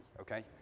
okay